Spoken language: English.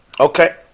Okay